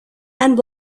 and